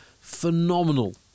phenomenal